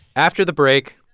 after the break,